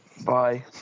Bye